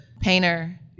painter